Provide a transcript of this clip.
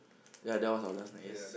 ya that was our last night yes